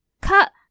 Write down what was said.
Cut